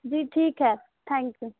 جی ٹھیک ہے thank you